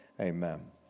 amen